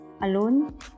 alone